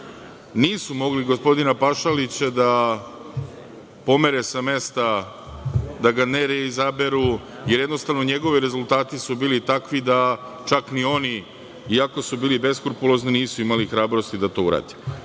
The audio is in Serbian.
nisu mogli gospodina Pašalića da pomere sa mesta, da ga ne izaberu, jer jednostavno njegovi rezultati su bili takvi da čak ni oni, iako su bili beskrupulozni nisu imali hrabrosti da to urade.